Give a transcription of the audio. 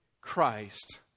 Christ